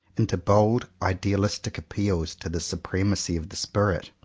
into bold idealistic appeals to the su premacy of the spirit.